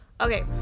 Okay